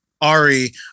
Ari